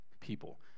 people